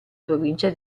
provincia